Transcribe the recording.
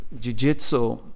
jiu-jitsu